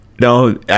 No